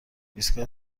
ایستگاه